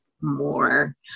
more